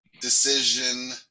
decision